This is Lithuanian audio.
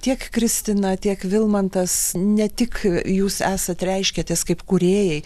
tiek kristina tiek vilmantas ne tik jūs esat reiškiatės kaip kūrėjai